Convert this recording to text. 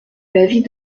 l’avis